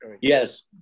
Yes